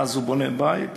ואז הוא בונה בית,